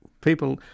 people